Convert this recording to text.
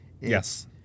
Yes